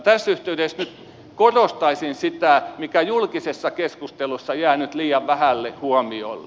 tässä yhteydessä nyt korostaisin sitä mikä on julkisessa keskustelussa jäänyt liian vähälle huomiolle